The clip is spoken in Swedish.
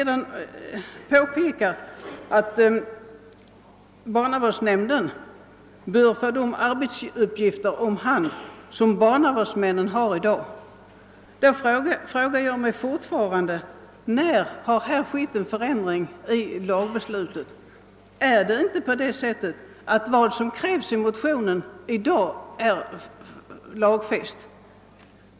Det påpekas sedan att barnavårdsnämnden bör få de arbetsuppgifter om hand som barnavårdsmännen har i dag. Jag frågar fortfarande, när det har vidtagits en ändring i lagen på den punkten. Är inte det som krävs i motionen lagfäst redan i dag?